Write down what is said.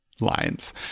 lines